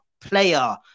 player